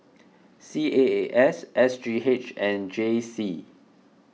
C A A S S G H and J C